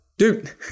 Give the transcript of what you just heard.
Dude